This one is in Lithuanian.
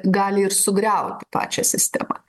gali ir sugriauti pačią sistemą